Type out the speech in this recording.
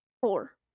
four